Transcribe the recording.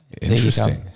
Interesting